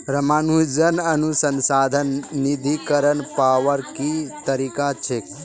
रामानुजन अनुसंधान निधीकरण पावार की तरीका छे